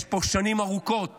יש פה שנים ארוכות